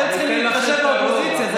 אתם צריכים להתחשב באופוזיציה.